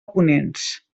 ponents